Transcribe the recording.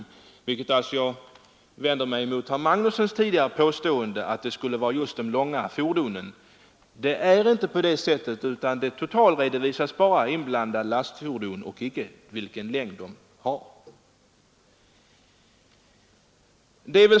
Jag vänder mig alltså här mot herr Magnussons i Kristinehamn påstående att det just skulle vara de långa fordonen som är inblandade i trafikolyckor. Det är inte så, utan det totalredovisas bara inblandade lastfordon, inte vilken längd dessa fordon har.